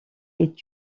est